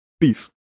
Peace